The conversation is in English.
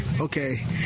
Okay